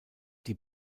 die